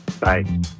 bye